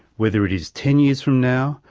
whether it is ten years from now,